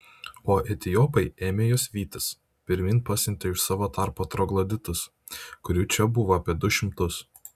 o etiopai ėmė juos vytis pirmyn pasiuntę iš savo tarpo trogloditus kurių čia buvo apie du šimtus